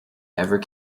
ever